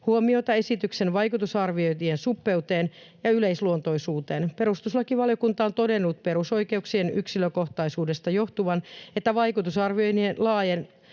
huomiota esityksen vaikutusarviointien suppeuteen ja yleisluontoisuuteen. Perustuslakivaliokunta on todennut perusoikeuksien yksilökohtaisuudesta johtuvan, että vaikutusarvioinnin